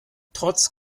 trotz